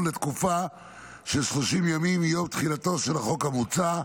לתקופה של 30 ימים מיום תחילתו של החוק המוצע,